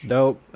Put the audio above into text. Dope